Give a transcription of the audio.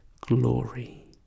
glory